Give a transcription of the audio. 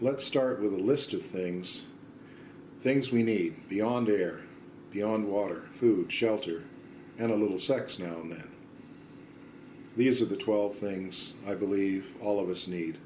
let's start with a list of things things we need beyond air beyond water food shelter and a little sex know that these are the twelve things i believe all of us need